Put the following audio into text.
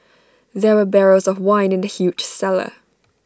there were barrels of wine in the huge cellar